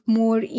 more